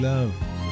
Love